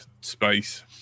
space